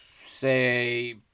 say